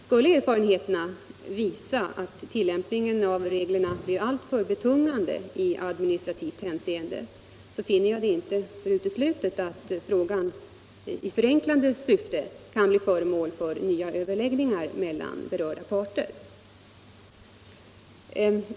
Skulle erfarenheterna visa att tillämpningen av reglerna är alltför betungande i administrativt hänseende finner jag inte uteslutet att frågan, i förenklande syfte, kan bli föremål för nya överläggningar mellan berörda parter.